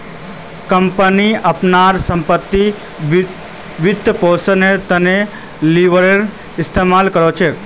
company अपनार संपत्तिर वित्तपोषनेर त न लीवरेजेर इस्तमाल कर छेक